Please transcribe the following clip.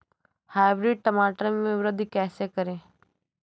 Hybrid टमाटर में वृद्धि कैसे करें?